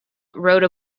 wrote